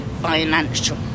financial